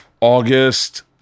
August